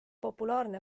populaarne